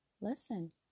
Listen